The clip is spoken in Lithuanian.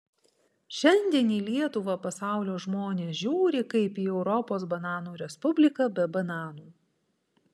šiandien į lietuvą pasaulio žmonės žiūri kaip į europos bananų respubliką be bananų